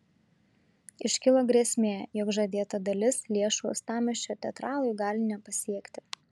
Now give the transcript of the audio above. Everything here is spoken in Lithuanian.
iškilo grėsmė jog žadėta dalis lėšų uostamiesčio teatralų gali nepasiekti